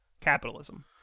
capitalism